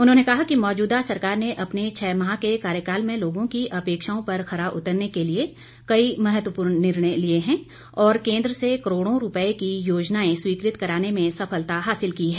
उन्होंने कहा कि मौजूदा सरकार ने अपने छः माह के कार्यकाल में लोगों की अपेक्षाओं पर खरा उतरने के लिए कई महत्वपूर्ण निर्णय लिए हैं और केंद्र से करोड़ों रूपए की योजनाएं स्वीकृत कराने में सफलता हासिल की है